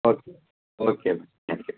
okay okay ma'am thank you